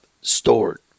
stored